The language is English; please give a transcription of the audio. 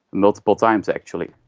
multiple times actually.